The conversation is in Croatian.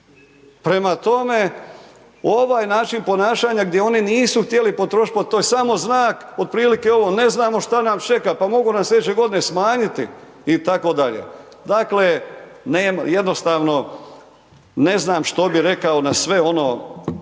Prema tome, ovaj način ponašanja, gdje oni nisu htjeli potrošiti, pa to je samo znak, otprilike ovo ne znamo što nas čeka, pa mogu nas sljedeće godine smanjiti itd. Dakle, jednostavno, ne znam što bi rekao na sve ono